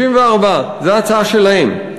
64. זו הצעה שלהם.